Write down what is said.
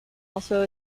also